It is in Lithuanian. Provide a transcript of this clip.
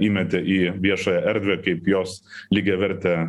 įmetė į viešąją erdvę kaip jos lygiavertę